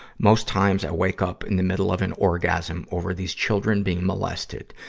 most times, i wake up in the middle of an orgasm over these children being molested.